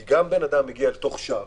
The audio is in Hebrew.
כי גם אם אדם מגיע לשער